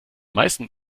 meisten